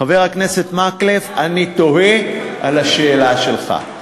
חבר הכנסת מקלב, אני תוהה על השאלה שלך.